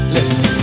Listen